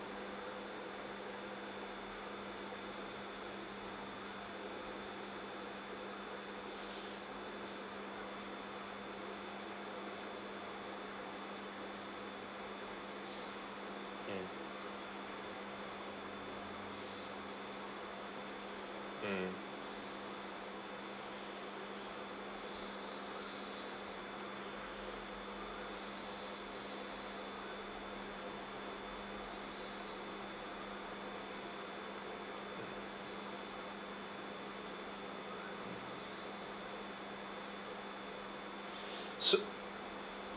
mm mm so